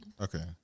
Okay